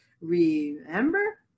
remember